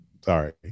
Sorry